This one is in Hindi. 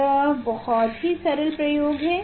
यह बहुत ही सरल प्रयोग है